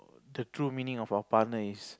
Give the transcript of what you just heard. the true meaning of our partner is